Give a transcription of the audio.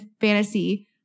fantasy